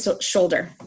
shoulder